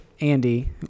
Andy